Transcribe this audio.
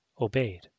obeyed